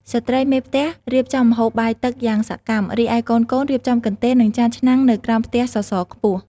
ស្ត្រីមេផ្ទះរៀបចំម្ហូបបាយទឹកយ៉ាងសកម្ម រីឯកូនៗរៀបចំកន្ទេល និងចានឆ្នាំងនៅក្រោមផ្ទះសសរខ្ពស់។